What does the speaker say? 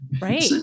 Right